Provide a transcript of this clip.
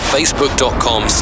Facebook.com